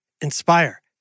Inspire